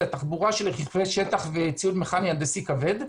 אלא תחבורה של רכבי שטח וציוד מכני הנדסי כבד.